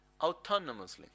autonomously